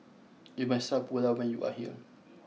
you must try Pulao when you are here